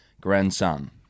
grandson